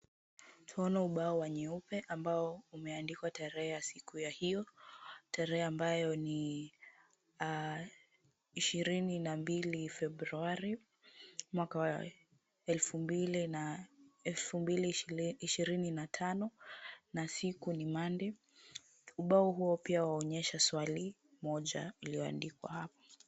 Twaona ubao wa nyeupe ambao umeandikwa tarehe ya siku ya hiyo. Tarehe ambayo ni ishirini na mbili Februari mwaka wa elfu mbili ishirini na tano na siku ni Monday . Ubao huo pia waonyesha swali, moja iliyoandikwa hapo.